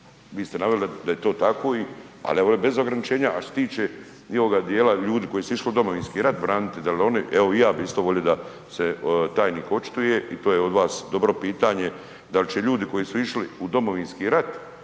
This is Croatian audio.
Vi ste naveli da je to tako i, al ja bi volio bez ograničenja, a što se tiče i ovoga dijela ljudi koji su išli u domovinski rat braniti, dal oni, evo i ja bi isto volio da se tajnik očituje i to je od vas dobro pitanje dal će ljudi koji su išli u domovinski rat,